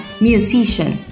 musician